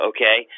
Okay